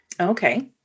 Okay